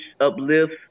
uplift